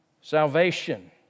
salvation